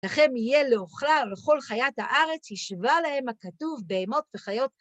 לכם יהיה לאוכלה ולכל חיית הארץ. השווה להם הכתוב בהמות וחיות.